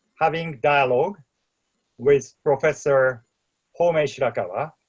having dialogue with professor homei shirakawa,